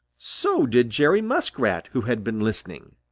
so did jerry muskrat, who had been listening.